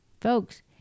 Folks